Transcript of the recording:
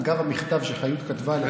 אגב המכתב שחיות כתבה לך,